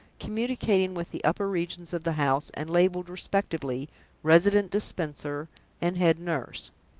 communicating with the upper regions of the house, and labeled respectively resident dispenser and head nurse.